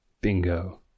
bingo